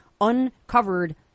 uncovered